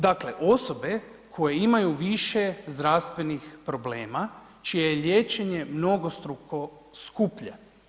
Dakle, osobe koje imaju više zdravstvenih problema, čije je liječenjem mnogostruko skuplje.